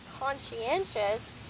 conscientious